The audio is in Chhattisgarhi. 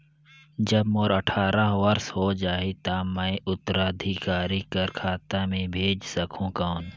जब मोर अट्ठारह वर्ष हो जाहि ता मैं उत्तराधिकारी कर खाता मे भेज सकहुं कौन?